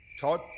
Todd